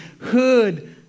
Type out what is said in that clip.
heard